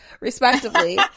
respectively